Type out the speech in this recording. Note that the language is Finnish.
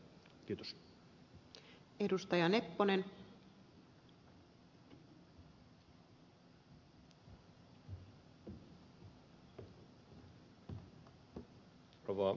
rouva puhemies